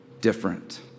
different